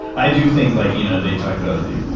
i do think, like you know, they talk about